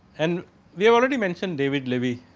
and we are already mention david levy,